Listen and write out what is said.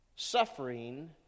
suffering